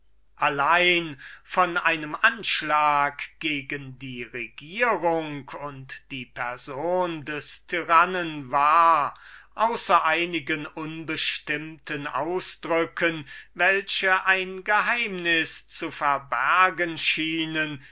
aber von einem anschlag gegen die gegenwärtige regierung und die person des dionys war außer einigen unbestimmten ausdrücken welche ein geheimnis zu verbergen scheinen